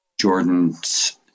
Jordan's